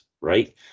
Right